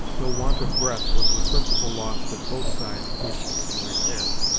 though want of breath was the principal loss that both sides wished to repair.